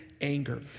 anger